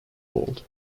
old